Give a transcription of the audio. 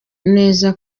neza